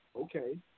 Okay